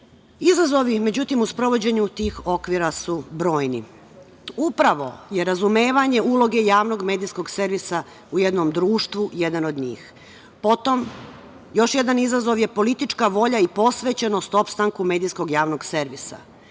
EU.Izazovi, međutim, u sprovođenju tih okvira su brojni. Upravo je razumevanje uloge javnog medijskog servisa u jednom društvu jedan od njih. Potom, još jedan izazov je politička volja i posvećenost opstanku medijskog javnog servisa.